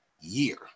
year